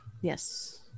Yes